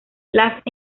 las